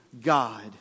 God